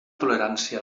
tolerància